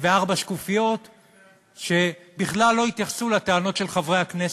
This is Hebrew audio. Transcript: וארבע שקופיות שבכלל לא התייחסו לטענות של חברי הכנסת.